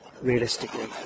realistically